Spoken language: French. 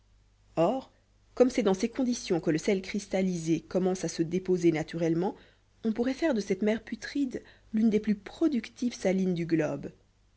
or comme c'est dans ces conditions que le sel cristallisé commence à se déposer naturellement on pourrait faire de cette mer putride l'une des plus productives salines du globe